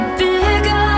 bigger